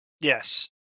Yes